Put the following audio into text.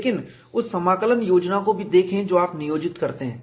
लेकिन उस समाकलन योजना को भी देखें जो आप नियोजित करते हैं